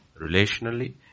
relationally